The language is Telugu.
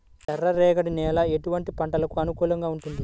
ఎర్ర రేగడి నేల ఎటువంటి పంటలకు అనుకూలంగా ఉంటుంది?